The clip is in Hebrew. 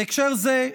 בהקשר זה,